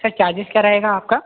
sir charges क्या रहेगा आपका